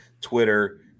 twitter